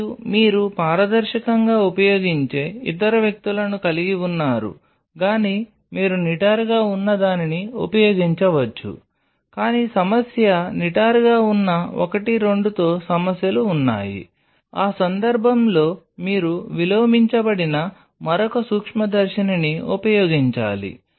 మరియు మీరు పారదర్శకంగా ఉపయోగించే ఇతర వ్యక్తులను కలిగి ఉన్నారు గాని మీరు నిటారుగా ఉన్న దానిని ఉపయోగించవచ్చు కానీ సమస్య నిటారుగా ఉన్న ఒకటి రెండు తో సమస్యలు ఉన్నాయి ఆ సందర్భంలో మీరు విలోమించబడిన మరొక సూక్ష్మదర్శినిని ఉపయోగించాలి